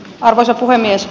arvoisa puhemies